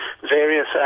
various